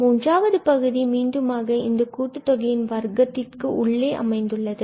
மூன்றாவது பகுதி மீண்டும் ஆக இந்த கூட்டு தொகையின் வர்க்கத்திற்கு உள்ளே அமர்ந்துள்ளது